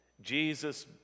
Jesus